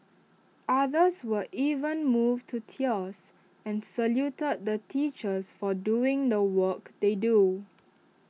others were even moved to tears and saluted the teachers for doing the work they do